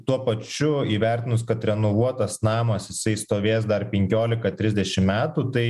tuo pačiu įvertinus kad renovuotas namas jisai stovės dar penkiolika trišdešim metų tai